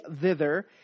thither